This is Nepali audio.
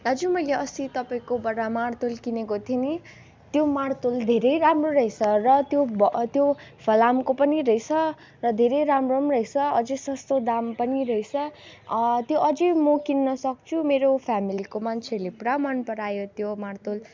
दाजु मैले अस्ति तपाईँकोबाट मार्तोल किनेको थिएँ नि त्यो मार्तोल धेरै राम्रो रहेछ र त्यो अब त्यो फलामको पनि रहेछ र धेरै राम्रो पनि रहेछ अझै सस्तो दाम पनि रहेछ त्यो अझै म किन्न सक्छु मेरो फेमिलीको मान्छेले पुरा मनपरायो त्यो मार्तोल